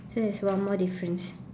so there's one more difference